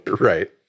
Right